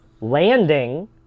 landing